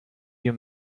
you